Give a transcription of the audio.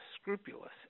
scrupulous